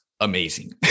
amazing